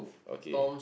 okay